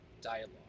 Dialogue